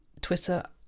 Twitter